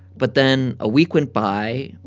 but then a week went by.